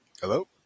Hello